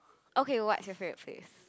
okay what's your favourite place